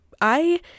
I-